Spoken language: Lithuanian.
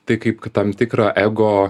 tai kaip tam tikrą ego